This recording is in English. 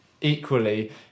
Equally